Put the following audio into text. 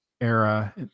era